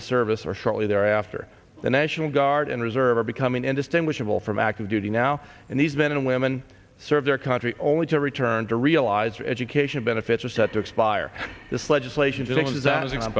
the service or shortly thereafter the national guard and reserve are becoming indistinguishable from active duty now and these men and women serve their country only to return to realize education benefits are set to expire this legislation is a